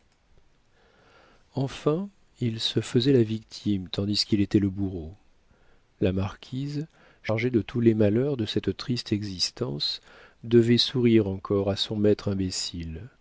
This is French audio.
enfin il se faisait la victime tandis qu'il était le bourreau la marquise chargée de tous les malheurs de cette triste existence devait sourire encore à son maître imbécile